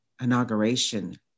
inauguration